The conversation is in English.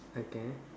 okay